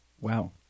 Wow